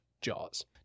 Jaws